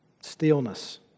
Stillness